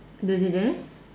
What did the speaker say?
the the they